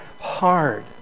hard